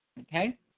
Okay